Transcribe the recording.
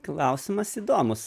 klausimas įdomus